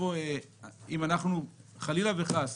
אם חלילה וחס